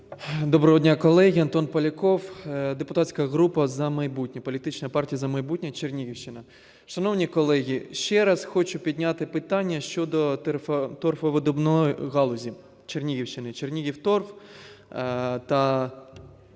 Доброго дня, колеги! Антон Поляков, політична партія "За майбутнє", Чернігівщина. Шановні колеги, ще раз хочу підняти питання щодо торфовидобувної галузі Чернігівщини – "Чернігівторф", та